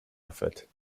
effort